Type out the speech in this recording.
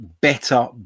better